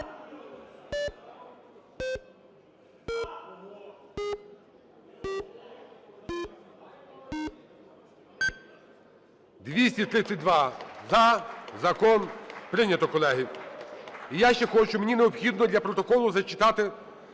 За-232 Закон прийнято, колеги. І я ще хочу, мені необхідно для протоколу зачитати